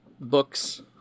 books